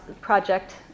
project